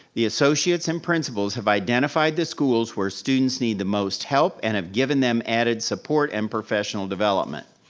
the associates and principals have identified the schools where students need the most help and have given them added support and professional development.